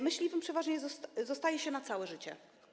Myśliwym przeważnie zostaje się na całe życie.